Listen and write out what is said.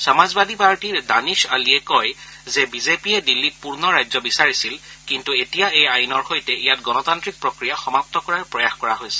সমাজবাদী পাৰ্টীৰ ডানিছ আলীয়ে কয় যে বিজেপিয়ে দি্লীত পূৰ্ণ ৰাজ্য বিচাৰিছিল কিন্তু এতিয়া এই আইনৰ সৈতে ইয়াত গণতান্ত্ৰিক প্ৰক্ৰিয়া সমাপ্ত কৰাৰ প্ৰয়াস কৰা হৈছে